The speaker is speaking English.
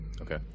Okay